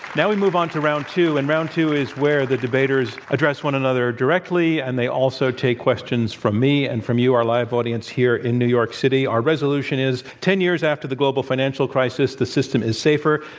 now, we move on to round two, and round two is where the debaters address on another directly, and they also take questions from me and from you, our live audience here in new york city. our resolution is ten years after the global financial crisis, the system is safer.